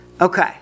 Okay